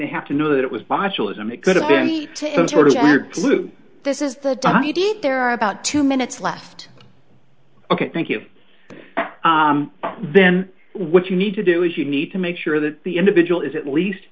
they have to know that it was botulism it could have been some sort of weird flu this is the media there are about two minutes left ok thank you then what you need to do is you need to make sure that the individual is at least